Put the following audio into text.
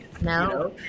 No